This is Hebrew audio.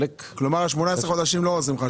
כלומר, 18 חודשים לא עוזרים לך.